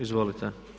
Izvolite.